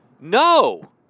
no